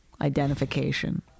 identification